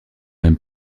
même